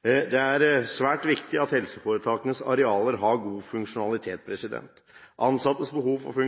Det er svært viktig at helseforetakenes areal har god funksjonalitet. Ansattes behov for